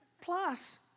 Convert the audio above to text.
Plus